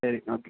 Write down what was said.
ശരി ഓക്കെ